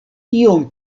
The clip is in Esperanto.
iom